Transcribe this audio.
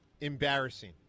embarrassing